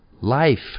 Life